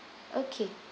okay